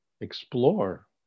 explore